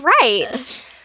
right